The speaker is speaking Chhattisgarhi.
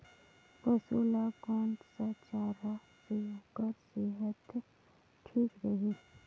पशु ला कोन स चारा से ओकर सेहत ठीक रही?